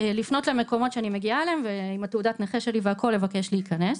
לפנות למקומות שאני מגיעה אליהם ועם תעודת הנכה שלי לבקש להיכנס.